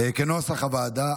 כנוסח הוועדה.